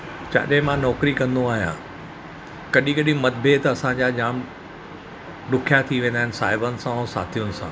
जिते मां नौकरी कंदो आहियां कॾहिं कॾहिं मत भेद असांजा जाम ॾुखिया थी वेंदा आहिनि साहिबनि सां ऐं साथियुनि सां